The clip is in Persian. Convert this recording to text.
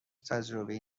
تجربهای